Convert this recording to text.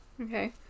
Okay